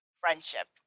friendship